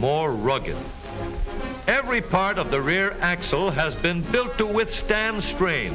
more rugged every part of the rear axle has been built to withstand the strain